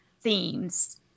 themes